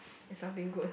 is something good ah